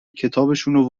کتابشونو